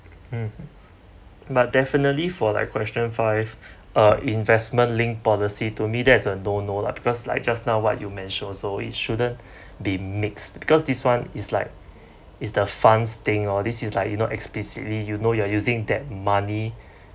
mm but definitely for like question five uh investment linked policy to me that is a don't know lah because like just now what you mention also it shouldn't be mixed because this one is like is the funds thing lor this is like you know explicitly you know you are using that money